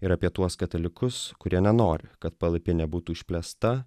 ir apie tuos katalikus kurie nenori kad palapinė būtų išplėsta